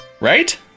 Right